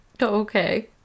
Okay